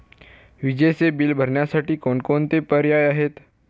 विजेचे बिल भरण्यासाठी कोणकोणते पर्याय आहेत?